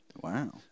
Wow